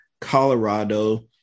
Colorado